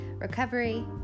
recovery